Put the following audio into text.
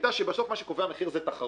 היתה שבסוף מה שקובע מחיר זה התחרות.